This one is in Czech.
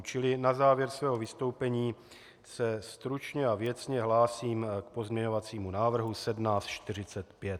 Čili na závěr svého vystoupení se stručně a věcně hlásím k pozměňovacímu návrhu 1745.